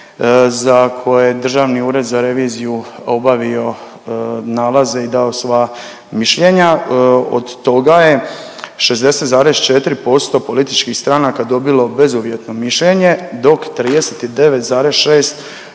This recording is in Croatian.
za koje je Državni ured za reviziju obavio nalaze i dao sva mišljenja. Od toga je 60,4% političkih stranaka dobilo bezuvjetno mišljenje dok 39,6